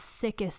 sickest